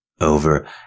Over